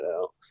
out